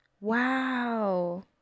Wow